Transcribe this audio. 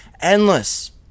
endless